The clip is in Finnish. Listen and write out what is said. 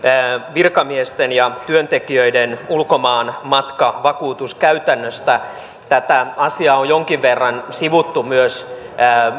virkamiesten ja työntekijöiden ulkomaan matkavakuutuskäytännöstä asiaa on jonkin verran sivuttu myös